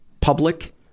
public